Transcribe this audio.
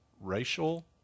racial